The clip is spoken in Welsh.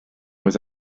oedd